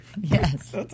Yes